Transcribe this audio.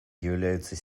являются